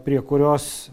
prie kurios